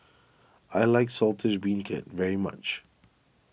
I like Saltish Beancurd very much